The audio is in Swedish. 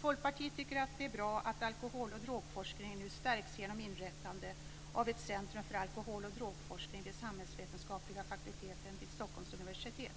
Folkpartiet tycker att det är bra att alkohol och drogforskningen nu stärks genom inrättandet av ett centrum för alkohol och drogforskning vid samhällsvetenskapliga fakulteten vid Stockholms universitet.